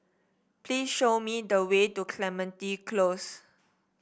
please show me the way to Clementi Close